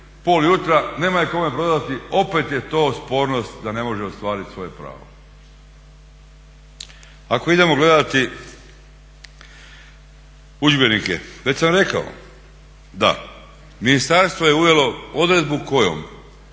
pol jutra nema je kome prodati, opet je to spornost da ne može ostvariti svoje pravo. Ako idemo gledati udžbenike već sam rekao da ministarstvo je uvelo odredbu kojom